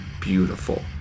beautiful